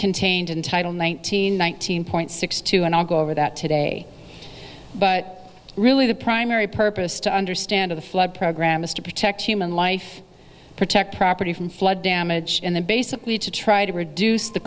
contained in title nineteen one thousand point six two and i'll go over that today but really the primary purpose to understand the flood program is to protect human life protect property from flood damage in the basically to try to reduce the